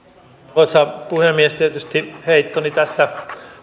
arvoisa puhemies tietysti tässä